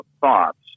thoughts